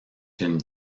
une